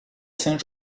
saint